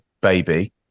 baby